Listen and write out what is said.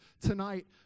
tonight